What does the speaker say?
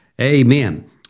Amen